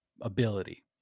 ability